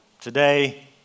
today